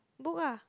book ah